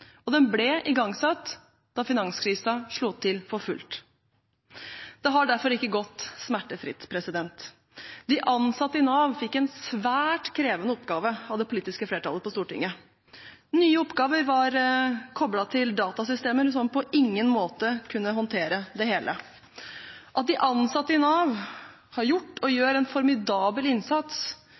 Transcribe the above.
da finanskrisen slo til for fullt. Det har derfor ikke gått smertefritt. De ansatte i Nav fikk en svært krevende oppgave av det politiske flertallet på Stortinget. Nye oppgaver var koblet til datasystemer, som på ingen måte kunne håndtere det hele. At de ansatte i Nav har gjort og gjør en formidabel innsats,